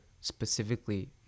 specifically